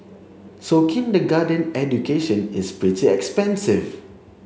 so kindergarten education is pretty expensive